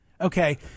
Okay